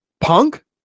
Punk